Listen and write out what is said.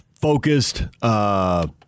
focused